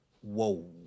whoa